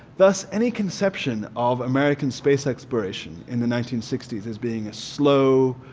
thus any conception of american space exploration in the nineteen sixty s as being a slow,